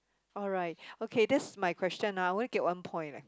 alright okay this is my question ah I only get one point leh